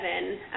seven